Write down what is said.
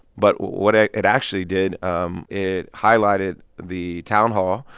but what ah it actually did um it highlighted the town hall,